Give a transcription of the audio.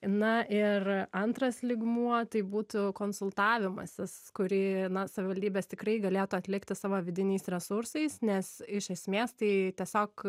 na ir antras lygmuo tai būtų konsultavimasis kurį na savivaldybės tikrai galėtų atlikti savo vidiniais resursais nes iš esmės tai tiesiog